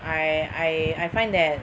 I I I find that